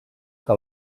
que